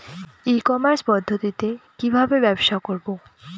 ই commerce পদ্ধতিতে কি ভাবে ব্যবসা করব?